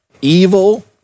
evil